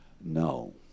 No